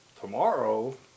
tomorrow